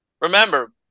Remember